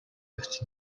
гэгч